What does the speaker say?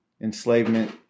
enslavement